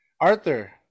Arthur